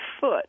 foot